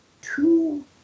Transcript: two